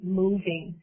moving